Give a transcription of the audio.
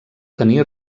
tenir